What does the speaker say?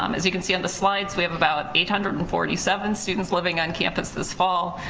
um as you can see on the slides, we have about eight hundred and forty seven students living on campus this fall.